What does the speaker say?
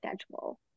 schedule